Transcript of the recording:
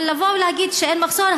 אבל להגיד שאין מחסור?